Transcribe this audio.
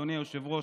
אדוני היושב-ראש,